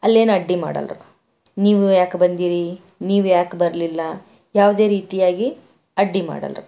ಅಲ್ಲೇನು ಅಡ್ಡಿ ಮಾಡಲ್ರು ನೀವು ಯಾಕೆ ಬಂದೀರಿ ನೀವು ಯಾಕೆ ಬರ್ಲಿಲ್ಲ ಯಾವುದೇ ರೀತಿಯಾಗಿ ಅಡ್ಡಿ ಮಾಡಲ್ರು